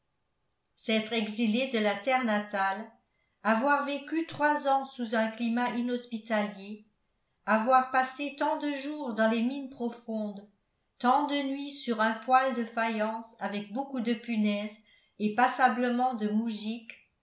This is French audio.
s'être exilé de la terre natale avoir vécu trois ans sous un climat inhospitalier avoir passé tant de jours dans les mines profondes tant de nuits sur un poêle de faïence avec beaucoup de punaises et passablement de